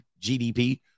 GDP